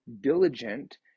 diligent